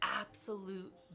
absolute